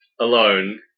alone